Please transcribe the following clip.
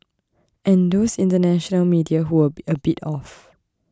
and those international media who were be a bit off